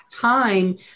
time